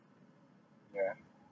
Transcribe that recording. yeah